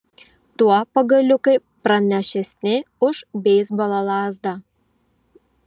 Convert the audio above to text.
tuo pagaliukai pranašesni už beisbolo lazdą